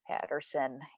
Patterson